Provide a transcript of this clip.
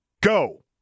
Go